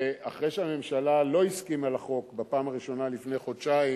אחרי שהממשלה לא הסכימה לחוק בפעם הראשונה לפני חודשיים,